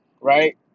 right